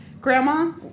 Grandma